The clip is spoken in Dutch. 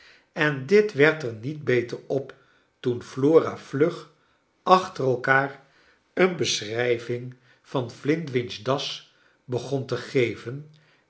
en dit werd er niet beter op toen flora vlug achter elkaar een beschrijving van flintwihch's das begon te geven